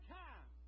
time